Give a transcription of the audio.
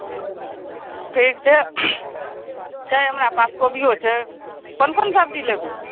ओ ठीक छै छै हमरा पास कोबियो छै कोन कोन सब्जी लेबै